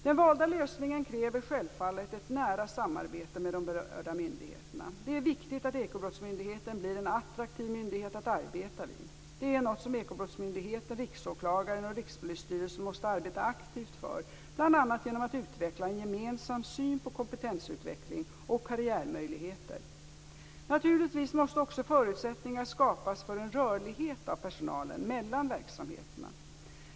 Den valda lösningen kräver självfallet ett nära samarbete med de berörda myndigheterna. Det är viktigt att Ekobrottsmyndigheten blir en attraktiv myndighet att arbeta vid. Det är något som Ekobrottsmyndigheten, Riksåklagaren och Rikspolisstyrelsen måste arbeta aktivt för bl.a. genom att utveckla en gemensam syn på komptensutveckling och karriärmöjligheter. Naturligtvis måste också förutsättningar skapas för en rörlighet av personalen mellan verksamheterna.